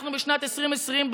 אנחנו בשנת 2020,